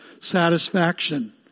satisfaction